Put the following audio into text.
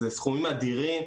אלה סכומים אדירים,